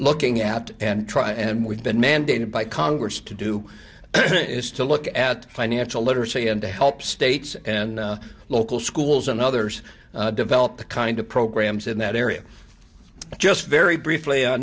looking at and try and we've been mandated by congress to do is to look at financial literacy and to help states and local schools and others develop the kind of programs in that area just very briefly